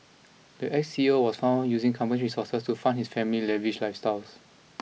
the ex C E O was found using company resources to fund his family lavish lifestyles